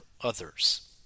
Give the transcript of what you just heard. others